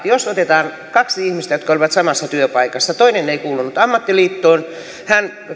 jos otetaan kaksi ihmistä jotka olivat samassa työpaikassa toinen ei kuulunut ammattiliittoon hän